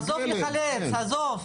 עזוב לחלץ, עזוב.